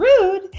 rude